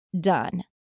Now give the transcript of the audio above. done